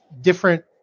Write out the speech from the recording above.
different